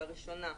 לראשונה,